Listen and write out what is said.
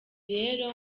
rero